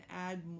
add